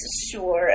sure